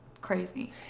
crazy